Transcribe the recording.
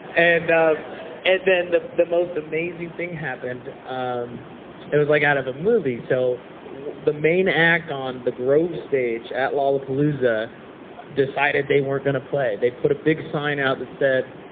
and ah then the the most amazing thing happened. um it was like out of a movie. so the main act on the grove stage at lollapalooza decided they weren't going to play. they put a big sign out that said,